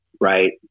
right